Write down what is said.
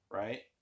right